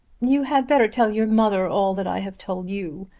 you had better tell your mother all that i have told you.